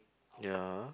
ya